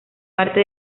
parte